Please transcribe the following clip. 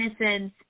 innocence